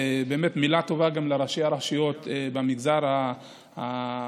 באמת מילה טובה גם לראשי הרשויות במגזר הערבי,